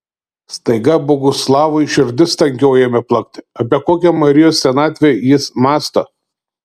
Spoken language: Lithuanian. staiga boguslavui širdis tankiau ėmė plakti apie kokią marijos senatvę jis mąsto